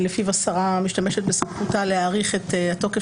לפיו השרה משתמשת בסמכותה להאריך את התוקף